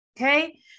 okay